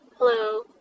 Hello